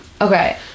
Okay